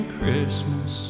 Christmas